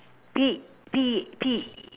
P P P